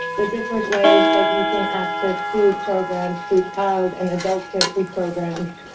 the different ways that you can access food programs through child and adult care food programs,